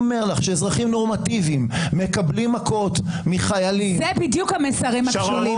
שאזרחים נורמטיביים מקבלים מכות מחיילים --- זה בדיוק המסרים הכפולים.